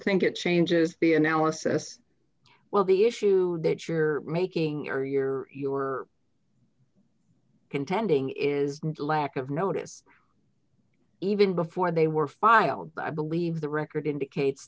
think it changes the analysis well the issue that you're making your your you are contending is the lack of notice even before they were filed i believe the record indicates